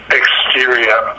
exterior